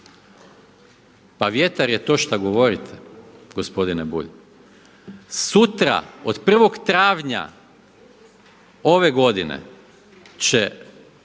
Pa vjetar je to šta govorite gospodine Bulj. Sutra od 1. travnja ove godine će